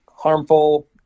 Harmful